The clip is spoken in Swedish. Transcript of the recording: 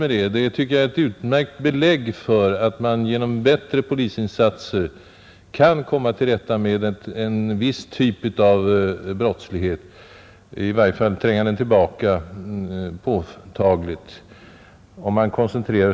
Jag tycker att det är ett utmärkt belägg för att man genom en koncentrerad polisinsats kan komma till rätta med en viss typ av brottslighet — eller i varje fall påtagligt tränga den tillbaka.